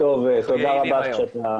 אנחנו יעילים היום.